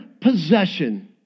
possession